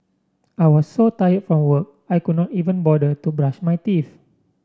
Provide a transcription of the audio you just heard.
I was so tired from work I could not even bother to brush my teeth